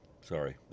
sorry